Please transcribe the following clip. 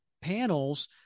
panels